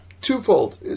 twofold